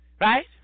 right